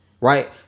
right